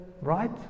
right